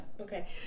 Okay